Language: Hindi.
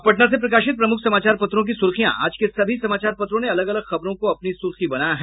अब पटना से प्रकाशित प्रमुख समाचार पत्रों की सुर्खियां आज के सभी समाचार पत्रों ने अलग अलग खबरों को अपनी सुर्खी बनायी है